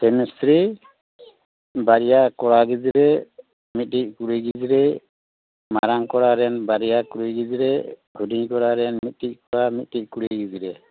ᱥᱟᱢᱤ ᱤᱥᱛᱨᱤ ᱵᱟᱨᱭᱟ ᱠᱚᱲᱟ ᱜᱤᱫᱽᱨᱟᱹ ᱢᱤᱫᱴᱤᱱ ᱠᱩᱲᱤ ᱜᱤᱫᱽᱨᱟᱹ ᱢᱟᱨᱟᱝ ᱠᱚᱲᱟ ᱨᱮᱱ ᱵᱟᱨᱭᱟ ᱠᱩᱲᱤ ᱜᱤᱫᱽᱨᱟᱹ ᱦᱩᱰᱤᱧ ᱠᱚᱲᱟ ᱨᱮᱱ ᱢᱤᱫᱴᱤᱱ ᱠᱚᱲᱟ ᱢᱤᱫᱴᱤᱡ ᱠᱩᱲᱤ ᱜᱤᱫᱽᱨᱟᱹ